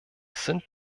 sind